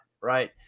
right